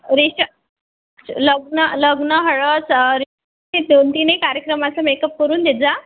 रिष लग्न लग्न हळद दोन तिन्ही कार्यक्रमाचं मेकअप करून देजा